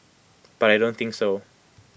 but I don't think so